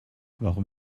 warum